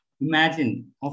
imagine